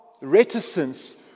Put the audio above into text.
reticence